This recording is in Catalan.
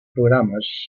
programes